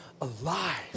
alive